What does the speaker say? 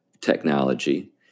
technology